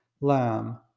lamb